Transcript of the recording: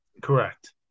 Correct